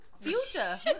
Future